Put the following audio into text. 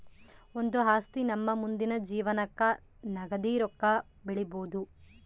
ಒಂದು ಆಸ್ತಿ ನಮ್ಮ ಮುಂದಿನ ಜೀವನಕ್ಕ ನಗದಿ ರೊಕ್ಕ ಬೆಳಿಬೊದು